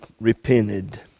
repented